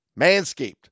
Manscaped